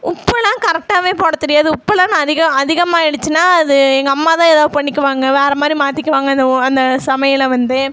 உப்பெல்லாம் கரெக்டாகவே போடத்தெரியாது உப்பெல்லாம் நான் அதிக அதிகமாயிடுச்சுனா அது எங்கள் அம்மாதான் எதாது பண்ணிக்குவாங்க வேறு மாதிரி மாற்றிக்குவாங்க அதை அந்த சமையலை வந்து